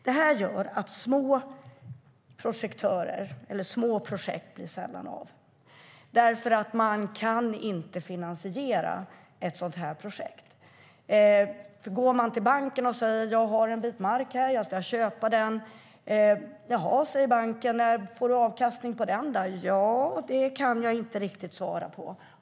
Det gör att små projekt sällan blir av eftersom man inte kan finansiera ett sådant projekt. Går man till banken och säger att man vill köpa en bit mark undrar banken när man får avkastning på den, och det kan man kanske inte svara på.